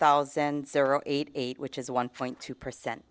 thousand zero eight eight which is one point two percent